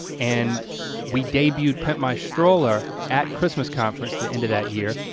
and we debuted pimp my stroller at christmas conference, the end of that year,